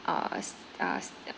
our uh